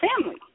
family